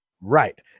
right